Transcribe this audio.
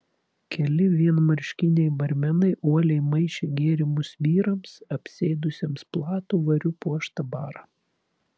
keli vienmarškiniai barmenai uoliai maišė gėrimus vyrams apsėdusiems platų variu puoštą barą